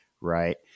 right